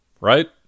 Right